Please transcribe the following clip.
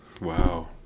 Wow